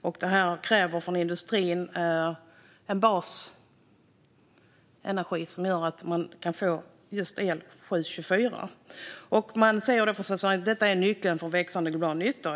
När det gäller industrin kräver det här en basenergi som gör att man kan få el sju dagar i veckan och 24 timmar om dygnet. Det sägs att detta är nyckeln för växande global nytta.